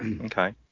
okay